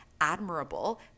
admirable